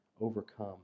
overcome